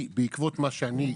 הם רוצים לצאת מהבית,